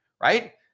right